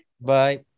bye